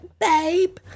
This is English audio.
babe